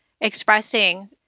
expressing